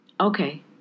Okay